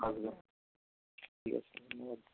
আসবেন ঠিক আছে ধন্যবাদ